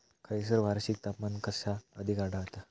खैयसर वार्षिक तापमान कक्षा अधिक आढळता?